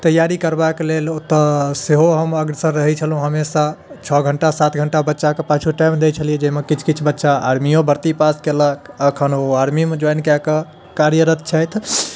तैआरी करबा कऽ लेल ओतऽ सेहो हम अग्रसर रहैत छलहुँ हमेशा छओ घण्टा सात घण्टा बच्चा कऽ पाछु टाइम दै छलियै जाहिमे किछु किछु बच्चा आर्मियो भर्ती पास कयलक एखन ओ आर्मीमे जोइन कै कऽ कार्यरत छथि